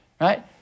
right